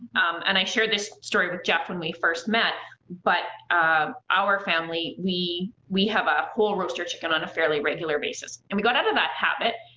and i shared this story with jeff when we first met, but our family, we we have a whole roaster chicken on a fairly regular basis, and we got out of that habit,